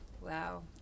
Wow